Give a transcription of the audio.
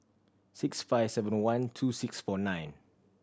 six five seven one two six four nine